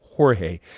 Jorge